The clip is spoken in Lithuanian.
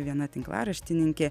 viena tinklaraštininkė